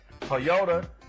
Toyota